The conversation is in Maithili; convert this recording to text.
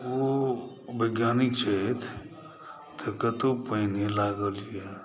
ओ वैज्ञानिक छथि तऽ कतौ पानि नहि लागय दिए